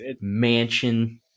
mansion